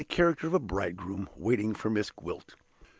in the character of a bridegroom, waiting for miss gwilt.